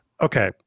Okay